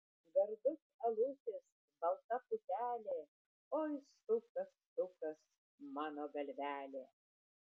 gardus alutis balta putelė oi sukas sukas mano galvelė